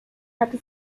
hatte